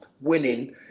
winning